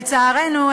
לצערנו,